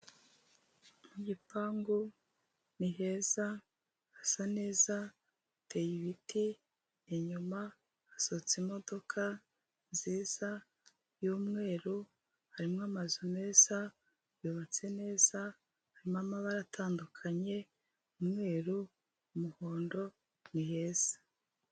Mu gipangu ni heza, hasa neza hateye ibiti, inyuma hasohotse imodoka nziza y'umweru, harimo amazu meza yubatse neza, harimo amabara atandukanye: umweru, umuhondo ni heza.